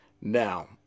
now